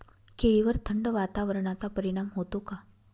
केळीवर थंड वातावरणाचा परिणाम होतो का?